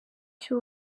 cy’u